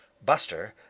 buster,